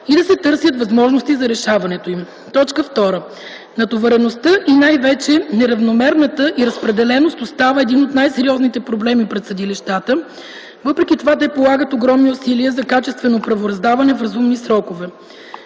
и да се търсят възможности за решаването им. 2. Натовареността и най-вече неравномерната й разпределеност остава един от най-сериозните проблеми пред съдилищата. Въпреки това те полагат огромни усилия за качествено правораздаване в разумни срокове.